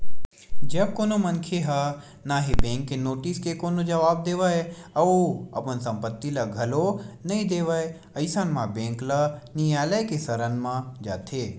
जब कोनो मनखे ह ना ही बेंक के नोटिस के कोनो जवाब देवय अउ अपन संपत्ति ल घलो नइ देवय अइसन म बेंक ल नियालय के सरन म जाथे